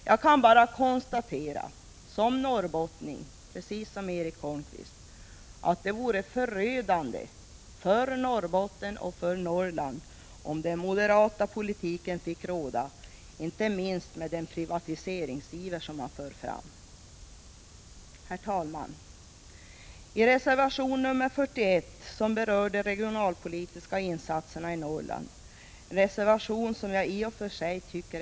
Jag är i likhet med Erik Holmkvist norrbottning, och jag vill här bara konstatera att det vore förödande för Norrbotten och för Norrland om den moderata politiken fick råda, inte minst med tanke på den privatiseringsiver som moderaterna visar. Herr talman! I reservation nr 41 berörs de regionalpolitiska insatserna i Norrland. Jag tycker att det är en litet märklig reservation.